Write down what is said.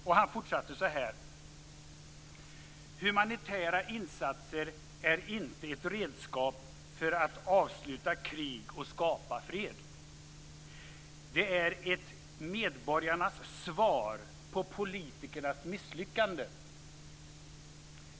Och han fortsatte så här: "Humanitära insatser är inte ett redskap för att avsluta krig och skapa fred. Det är ett medborgarnas svar på politikernas misslyckande.